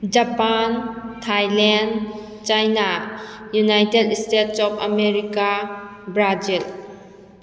Japan Thailand China United States of America Brazil